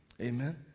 Amen